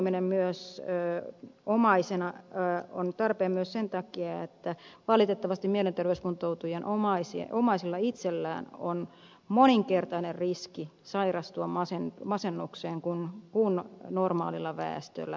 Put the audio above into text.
mielenterveyskuntoutujan omaisen huomioiminen omaisena on tarpeen myös sen takia että valitettavasti mielenterveyskuntoutujan omaisella itsellään on moninkertainen riski sairastua masennukseen verrattuna normaaliin väestöön yleensä